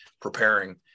preparing